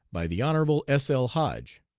by the hon. s. l. hoge.